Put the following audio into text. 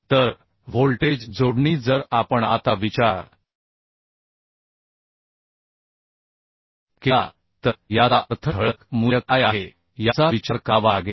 तर व्होल्टेज जोडणी जर आपण आता विचार केला तर याचा अर्थ ठळक मूल्य काय आहे याचा विचार करावा लागेल